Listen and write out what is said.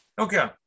Okay